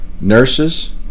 Nurses